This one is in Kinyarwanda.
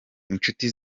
inshuti